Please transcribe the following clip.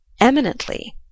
eminently